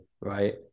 right